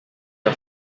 are